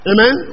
Amen